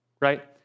right